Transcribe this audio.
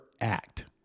act